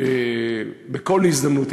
בכל הזדמנות,